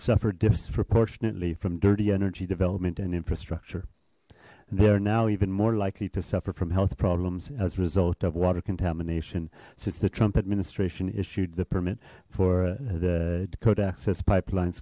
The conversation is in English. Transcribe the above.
disproportionately from dirty energy development and infrastructure they are now even more likely to suffer from health problems as a result of water contamination since the trump administration issued the permit for the code access pipelines